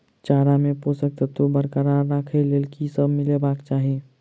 चारा मे पोसक तत्व बरकरार राखै लेल की सब मिलेबाक चाहि?